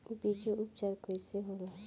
बीजो उपचार कईसे होला?